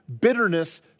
bitterness